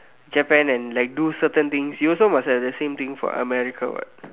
Japan and like do certain things you also must have the same thing for America what